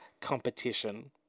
competition